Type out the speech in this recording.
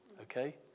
okay